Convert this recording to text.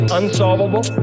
unsolvable